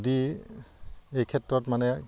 যদি এই ক্ষেত্ৰত মানে